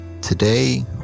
Today